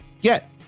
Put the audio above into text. get